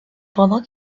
pendant